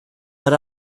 but